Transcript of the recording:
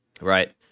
right